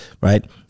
right